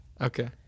Okay